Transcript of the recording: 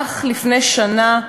אך לפני שנה,